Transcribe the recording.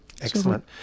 Excellent